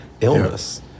illness